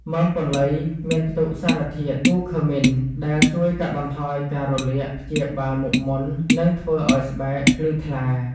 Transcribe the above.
មើមពន្លៃមានផ្ទុកសារធាតុ គូឃឺមីន (Curcumin) ដែលជួយកាត់បន្ថយការរលាក ព្យាបាលមុខមុន និងធ្វើឲ្យស្បែកភ្លឺថ្លា។